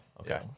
Okay